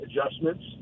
adjustments